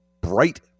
Bright